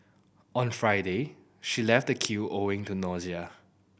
on Friday she left the queue owing to nausea